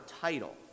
title